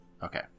Okay